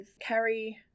Carrie